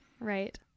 Right